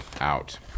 out